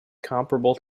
comparable